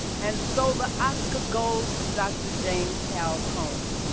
and so the oscar goes to dr. james hal cone,